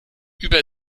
über